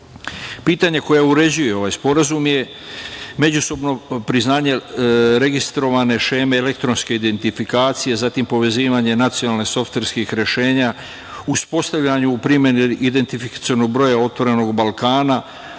uprave. Pitanje koje uređuje ovaj sporazum je međusobno priznanje registrovane šeme elektronske identifikacije, zatim povezivanje nacionalnih softverskih rešenja, uspostavljanje u primenu identifikacionog broja „Otvorenog Balkana“,